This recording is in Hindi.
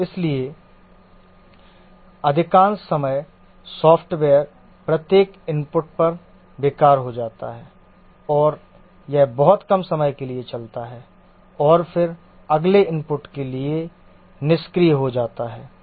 और इसलिए अधिकांश समय सॉफ्टवेयर प्रत्येक इनपुट पर बेकार हो जाता है और यह बहुत कम समय के लिए चलता है और फिर अगले इनपुट के लिए निष्क्रिय हो जाता है